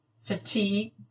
fatigue